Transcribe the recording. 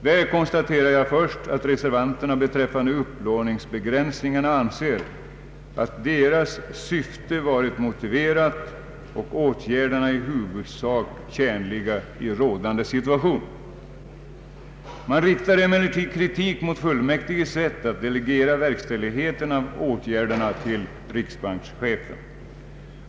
Där konstaterar jag först att reservanterna beträffande upplåningsbegränsningarna anser ”att deras syfte varit motiverat och åtgärderna i huvudsak tjänliga i rådande situation”. Man riktar emellertid kritik mot fullmäktiges sätt att delegera verkställigheten av åtgärderna till riksbankschefen.